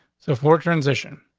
so for transition,